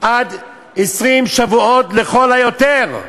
עד 20 שבועות לכל היותר.